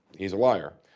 he's a liar.